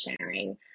sharing